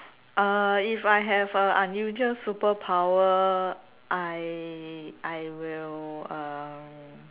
uh if I have a unusual superpower I I will uh